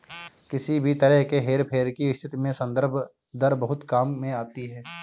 किसी भी तरह के हेरफेर की स्थिति में संदर्भ दर बहुत काम में आती है